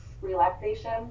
relaxation